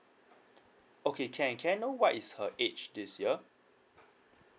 okay can can I know what is her age this year